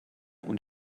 und